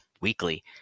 weekly